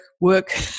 work